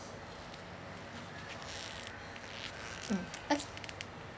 mm okay